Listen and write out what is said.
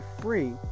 free